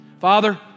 Father